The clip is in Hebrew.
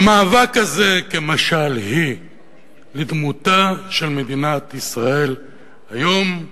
המאבק הזה כמשל הוא לדמותה של מדינת ישראל היום.